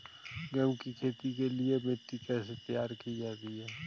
गेहूँ की खेती के लिए मिट्टी कैसे तैयार होती है?